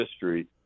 history